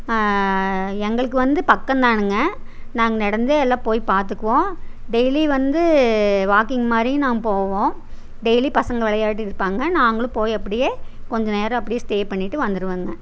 எங்களுக்கு வந்து பக்கம் தானுங்க நாங்கள் நடந்தே எல்லாம் போய் பார்த்துக்குவோம் டெய்லி வந்து வாக்கிங் மாதிரி நாம் போவோம் டெய்லி பசங்க விளையாடிட்டு இருப்பாங்க நாங்களும் போய் அப்படியே கொஞ்ச நேரம் அப்படியே ஸ்டே பண்ணிவிட்டு வந்துருவங்க